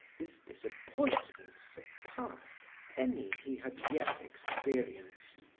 his disappointment surpassed any he had yet experienced.